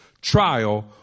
trial